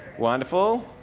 wonderful.